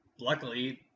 Luckily